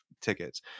tickets